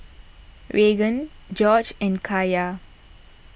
Raegan Gorge and Kaya